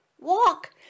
walk